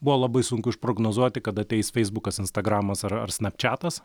buvo labai sunku išprognozuoti kada ateis feisbukas instagramas ar ar snapčetas